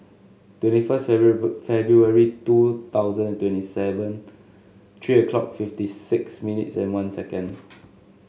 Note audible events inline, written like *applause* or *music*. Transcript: twenty first *unintelligible* February two thousand and twenty seven three o'clock fifty six minutes and one second